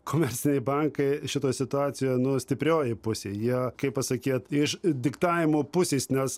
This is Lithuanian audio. komerciniai bankai šitoj situacijoj nu stiprioji pusėj jie kaip pasakyt iš diktavimo pusės nes